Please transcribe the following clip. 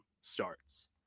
starts